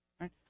right